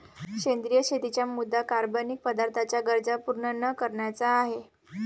सेंद्रिय शेतीचा मुद्या कार्बनिक पदार्थांच्या गरजा पूर्ण न करण्याचा आहे